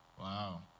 Wow